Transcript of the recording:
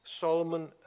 Solomon